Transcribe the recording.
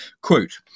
quote